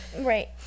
right